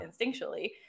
instinctually